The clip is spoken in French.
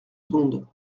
secondes